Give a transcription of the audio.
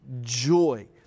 joy